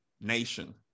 nation